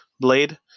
blade